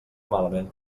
malament